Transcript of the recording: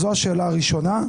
זו השאלה הראשונה.